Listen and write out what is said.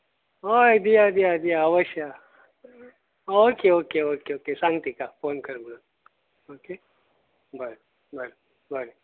हय दिया दिया दिया अवश्य ओके ओके ओके ओके सांग तिका फोन कर म्हणून ओके बरें